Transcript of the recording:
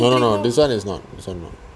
no no this one is not this one is not